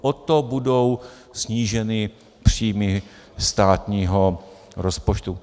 O to budou sníženy příjmy státního rozpočtu.